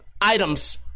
items